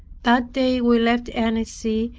that day we left annecy,